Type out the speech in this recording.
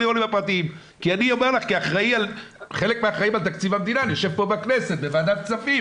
כי אני אומר לך, אני יושב פה בכנסת בוועדת כספים